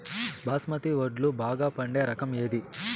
బాస్మతి వడ్లు బాగా పండే రకం ఏది